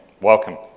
Welcome